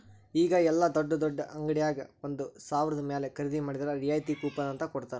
ಈಗ ಯೆಲ್ಲಾ ದೊಡ್ಡ್ ದೊಡ್ಡ ಅಂಗಡ್ಯಾಗ ಒಂದ ಸಾವ್ರದ ಮ್ಯಾಲೆ ಖರೇದಿ ಮಾಡಿದ್ರ ರಿಯಾಯಿತಿ ಕೂಪನ್ ಅಂತ್ ಕೊಡ್ತಾರ